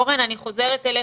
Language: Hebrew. אורן, אני חוזרת אליך.